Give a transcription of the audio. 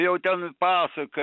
jau ten pasaka